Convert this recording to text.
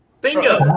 Bingo